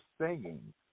singing